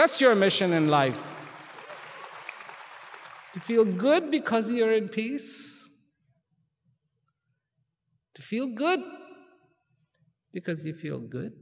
that's your mission in life to feel good because you're in peace to feel good because you feel good